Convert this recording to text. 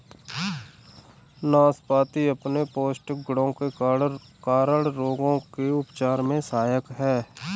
नाशपाती अपने पौष्टिक गुणों के कारण रोगों के उपचार में सहायक है